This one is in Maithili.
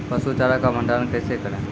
पसु चारा का भंडारण कैसे करें?